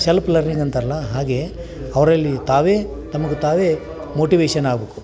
self learning ಅಂತಾರಲ್ಲ ಹಾಗೆ ಅವರಲ್ಲಿ ತಾವೇ ತಮಗೆ ತಾವೇ ಮೋಟಿವೇಷನ್ ಆಗ್ಬೇಕು